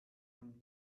von